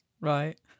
Right